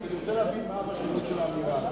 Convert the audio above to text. אני רוצה להבין מה המשמעות של האמירה הזאת.